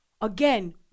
again